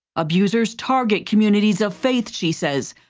abusers target communities of faith, she says,